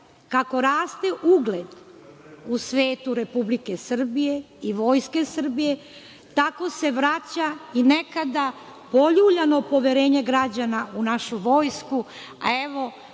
kako raste ugled u svetu Republike Srbije i Vojske Srbije, tako se vraća i nekada poljuljano poverenje građana u našu vojsku,